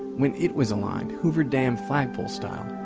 when it was aligned, hoover-dam-flagpole style,